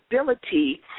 ability